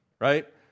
right